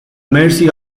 mercy